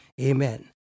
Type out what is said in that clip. amen